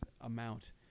amount